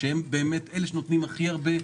שהם באמת אלה שנותנים הכי הרבה,